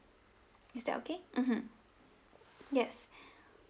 is that okay mmhmm yes